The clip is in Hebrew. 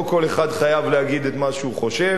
לא כל אחד חייב להגיד את מה שהוא חושב.